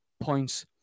points